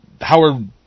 Howard